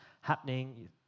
happening